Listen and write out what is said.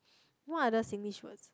what other Singlish word